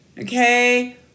Okay